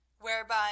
whereby